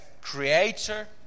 Creator